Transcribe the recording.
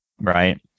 right